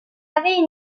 avaient